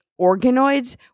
organoids